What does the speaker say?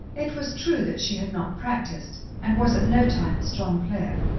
it was true that she had not practised, and was at no time a strong player,